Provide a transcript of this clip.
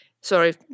Sorry